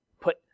put